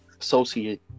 associate